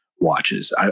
Watches